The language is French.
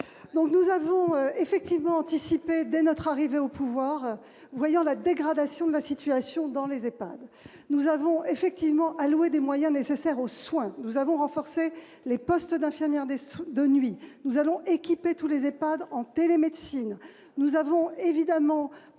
Nous avons anticipé dès notre arrivée au pouvoir, en constatant la dégradation de la situation dans les EHPAD. Nous avons effectivement alloué des moyens nécessaires aux soins. Nous avons renforcé les postes d'infirmières de nuit. Nous allons équiper tous les EHPAD en télémédecine. Nous avons évidemment